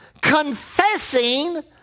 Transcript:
confessing